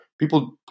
people